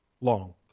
long